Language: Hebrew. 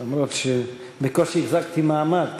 אף שבקושי החזקתי מעמד,